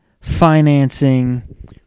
financing